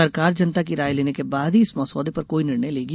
सरकार जनता की राय लेने के बाद ही इस मसौदे पर कोई निर्णय लेगी